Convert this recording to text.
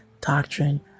doctrine